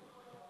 כן?